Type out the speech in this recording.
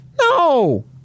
No